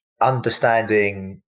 understanding